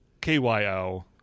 K-Y-O